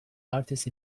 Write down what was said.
artist